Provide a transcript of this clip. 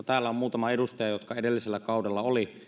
täällä on muutama edustaja jotka edellisellä kaudella olivat